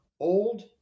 old